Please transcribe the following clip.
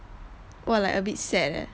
!wah! like a bit sad leh